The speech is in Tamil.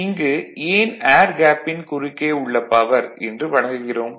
இங்கு ஏன் ஏர் கேப்பின் குறுக்கே உள்ள பவர் என்று வழங்குகிறோம்